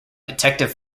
detective